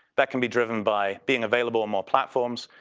that can be driven by being available on more platforms.